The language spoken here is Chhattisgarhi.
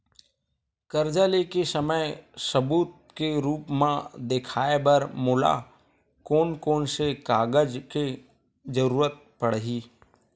कर्जा ले के समय सबूत के रूप मा देखाय बर मोला कोन कोन से कागज के जरुरत पड़ही?